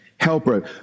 helper